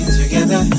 together